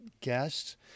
guests